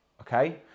okay